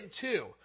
two